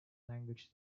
language